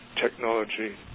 technology